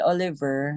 Oliver